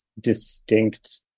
distinct